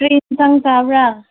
ꯀꯔꯤ ꯑꯦꯟꯁꯥꯡ ꯆꯥꯕ꯭ꯔꯥ